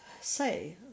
say